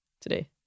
today